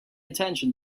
attention